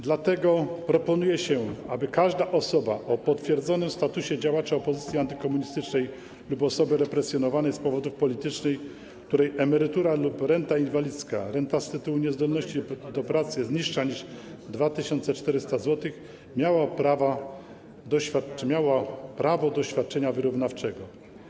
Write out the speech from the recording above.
Dlatego proponuje się, aby każda osoba o potwierdzonym statusie działacza opozycji antykomunistycznej lub osoby represjonowanej z powodów politycznych, której emerytura, renta inwalidzka lub renta z tytułu niezdolności do pracy jest niższa niż 2400 zł, miała prawo do świadczenia wyrównawczego.